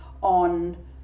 on